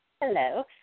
Hello